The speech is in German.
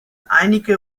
einige